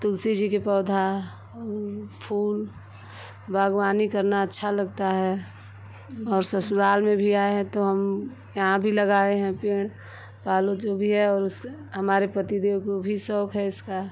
तुलसी जी का पौधा और फूल बाग़वानी करना अच्छा लगता है और ससुराल में भी आए हैं तो हम यहाँ भी लगाए हैं पेड़ तो आलू जो भी है और उस हमारे पतिदेव को भी शौक़ है इसका